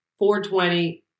420